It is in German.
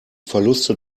verluste